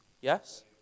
yes